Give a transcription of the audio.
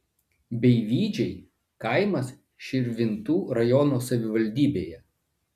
beivydžiai kaimas širvintų rajono savivaldybėje